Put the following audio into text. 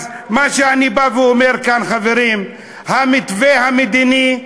מה שאני בא ואומר כאן, חברים: המתווה המדיני,